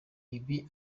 ibi